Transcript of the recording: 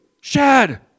Shad